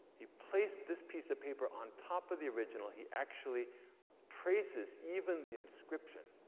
he placed this piece of paper on top of the original. he actually traces even the inscription,